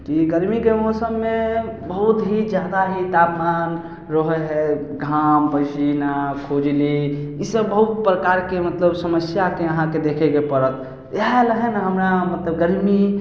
की गर्मीके मौसममे बहुत ही जादा ही तापमान रहै हइ घाम पसीना खुजली इसब बहुत प्रकारके मतलब समस्या से अहाँकेॅं देखेके पड़त इएह लए हइ ने हमरा मतलब गर्मी